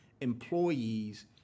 employees